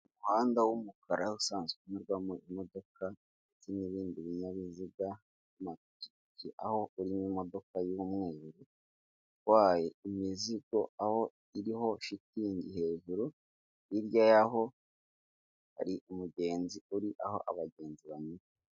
Umuhanda w'umukara usanzwe unyurwamo imodoka z'imibindi binyabiziga maki aho uri mumodoka y'mweruru wa imizigo aho iriho shitingi hejuru hirya y'aho hari umugenzi uri aho abagenzi banyura.